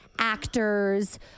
Actors